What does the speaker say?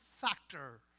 factor